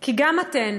כי גם אתן,